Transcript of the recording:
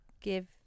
give